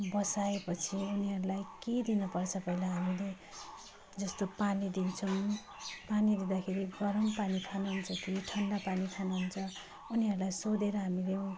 बसाएपछि उनीहरूलाई के दिनुपर्छ पहिला हामीले जस्तो पानी दिन्छौँ पानी दिँदाखेरि गरम पानी खानुहुन्छ कि ठन्डा पानी खानुहुन्छ उनीहरूलाई सोधेर हामीले